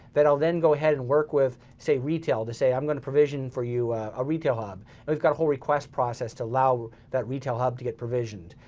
then i'll then go ahead and work with, say retail, to say i'm gonna provision for you a retail hub. and we've got a whole request process to allow that retail hub to get provisioned.